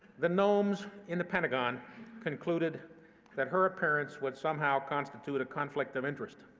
the gnomes in the pentagon concluded that her appearance would somehow constitute a conflict of interest.